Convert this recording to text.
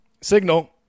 signal